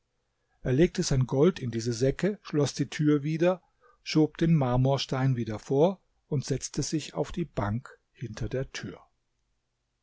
er legte sein gold in diese säcke schloß die tür wieder schob den marmorstein wieder vor und setzte sich auf die bank hinter der tür